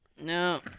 No